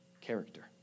character